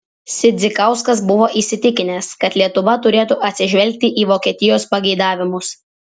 sidzikauskas buvo įsitikinęs kad lietuva turėtų atsižvelgti į vokietijos pageidavimus